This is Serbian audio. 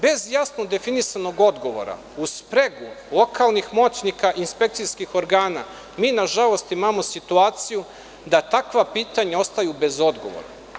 Bez jasno definisanog odgovora uz spregu lokalnih moćnika inspekcijskih organa, mi nažalost, imamo situaciju da takva pitanja ostaju bez odgovora.